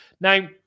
Now